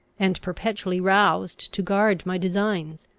and perpetually roused to guard my designs.